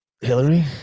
Hillary